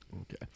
Okay